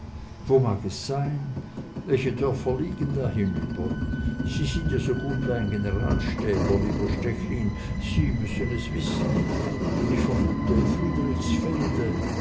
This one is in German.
wo mag es sein welche dörfer liegen da hinüber sie sind ja so gut wie ein generalstäbler lieber stechlin sie müssen es wissen ich vermute friedrichsfelde